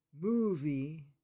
movie